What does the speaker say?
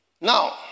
now